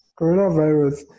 coronavirus